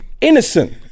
innocent